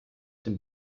den